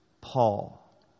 Paul